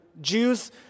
Jews